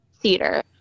theater